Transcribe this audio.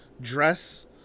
dress